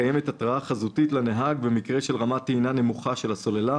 קיימת התרעה חזותית לנהג במקרה של רמת טעינה נמוכה של הסוללה,"